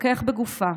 התחכך בגופה,